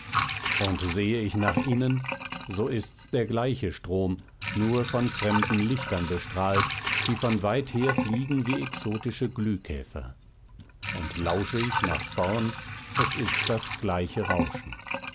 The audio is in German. und sehe ich nach innen so ist's der gleiche strom nur von fremden lichtern bestrahlt die von weither fliegen wie exotische glühkäfer und lausche ich nach vorn es ist das gleiche rauschen